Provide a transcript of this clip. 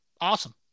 awesome